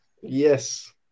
Yes